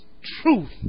truth